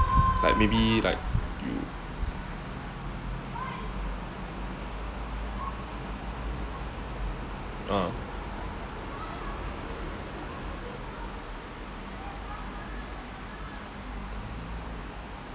like maybe like you uh